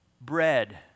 bread